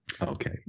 Okay